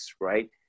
right